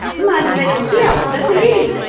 madre de dios, the police!